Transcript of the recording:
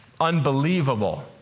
unbelievable